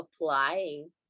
applying